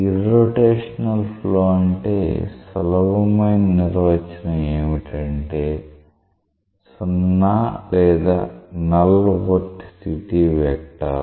irrotational flow అంటే సులభమైన నిర్వచనం ఏమిటంటే 0 లేదా నల్ వోర్టిసిటీ వెక్టర్